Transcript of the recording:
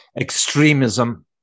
extremism